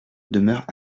demeure